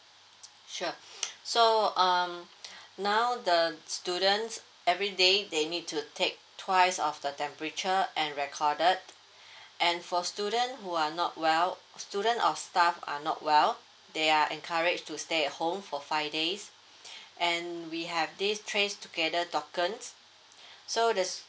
sure so um now the students every day they need to take twice of the temperature and recorded and for student who are not well student or staff are not well they are encourage to stay at home for five days and we have this trace together tokens so the